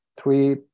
three